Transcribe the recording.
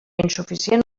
insuficient